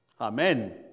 Amen